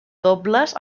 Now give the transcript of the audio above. dobles